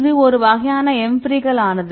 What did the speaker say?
இது ஒரு வகையான எம்பிரிகல் ஆனது